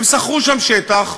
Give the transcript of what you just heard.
הם שכרו שם שטח,